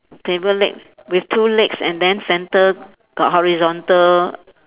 table leg with two legs and then centre got horizontal